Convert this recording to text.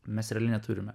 mes realiai neturime